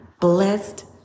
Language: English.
blessed